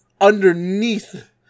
underneath